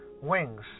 Wings